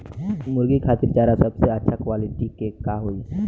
मुर्गी खातिर चारा सबसे अच्छा क्वालिटी के का होई?